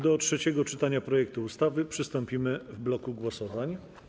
Do trzeciego czytania projektu ustawy przystąpimy w bloku głosowań.